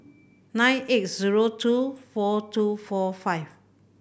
nine eight zero two four two four five